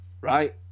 right